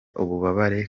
ububabare